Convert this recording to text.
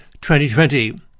2020